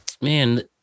man